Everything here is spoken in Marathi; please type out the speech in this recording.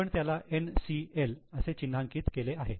आपण त्याला 'NCL' असे चिन्हांकित केले आहे